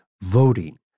voting